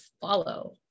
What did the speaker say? follow